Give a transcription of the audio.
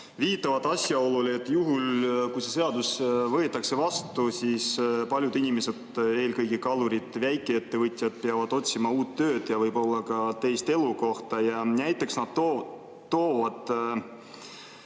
viitavad asjaolule, et juhul kui see seadus võetakse vastu, siis paljud inimesed, eelkõige kalurid, väikeettevõtjad peavad otsima uut tööd ja võib-olla ka teist elukohta. Nad toovad